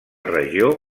regió